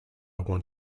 want